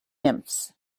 nymphs